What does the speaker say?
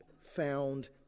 found